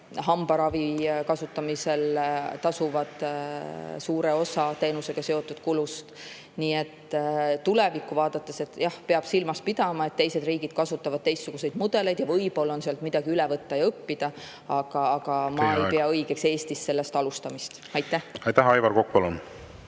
hambaravi kasutamisel tasuvad suure osa teenusega seotud kulust. Tulevikku vaadates peab silmas pidama, et teised riigid kasutavad teistsuguseid mudeleid, võib-olla on sealt midagi üle võtta ja õppida, aga ma ei pea õigeks Eestis sellest [muudatusest] alustada. Aivar Kokk,